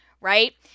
right